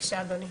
בבקשה אדוני.